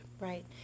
Right